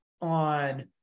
on